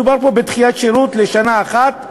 מדובר פה בדחיית שירות לשנה אחת,